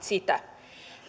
sitä